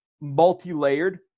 multi-layered